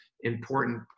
important